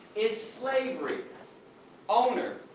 is slavery owner,